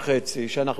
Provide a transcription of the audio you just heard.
בהובלת החוק,